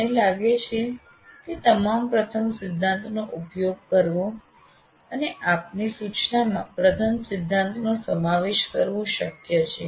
અમને લાગે છે કે તમામ પ્રથમ સિદ્ધાંતોનો ઉપયોગ કરવો અને આપની સૂચનામાં પ્રથમ સિદ્ધાંતોનો સમાવેશ કરવો શક્ય છે